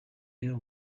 here